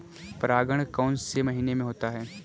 परागण कौन से महीने में होता है?